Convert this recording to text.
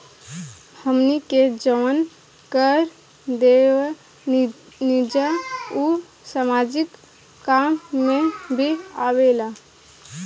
हमनी के जवन कर देवेनिजा उ सामाजिक काम में भी आवेला